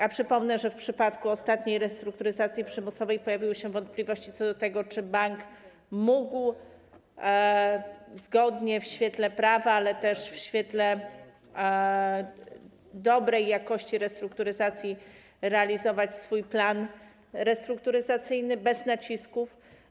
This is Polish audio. A przypomnę, że w przypadku ostatniej restrukturyzacji przymusowej pojawiły się wątpliwości co do tego, czy bank mógł zgodnie, w świetle prawa, ale też w świetle dobrej jakości restrukturyzacji, realizować swój plan restrukturyzacyjny bez nacisków.